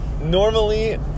Normally